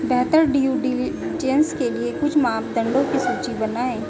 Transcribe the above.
बेहतर due diligence के लिए कुछ मापदंडों की सूची बनाएं?